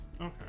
okay